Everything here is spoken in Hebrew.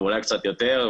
אולי קצת יותר,